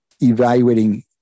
evaluating